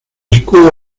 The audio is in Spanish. escudo